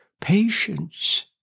patience